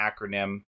acronym